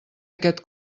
aquest